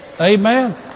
Amen